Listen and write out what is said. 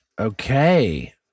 Okay